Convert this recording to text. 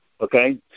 okay